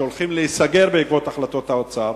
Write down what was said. שהולכים להיסגר בעקבות החלטת האוצר.